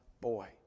boy